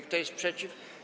Kto jest przeciw?